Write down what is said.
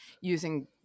using